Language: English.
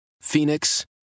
Phoenix